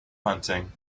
hunting